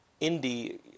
indie